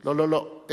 לא לא לא.